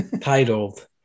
titled